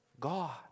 God